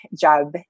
job